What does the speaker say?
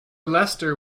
leicester